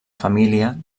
família